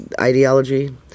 ideology